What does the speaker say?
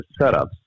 setups